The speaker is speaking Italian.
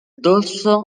dorso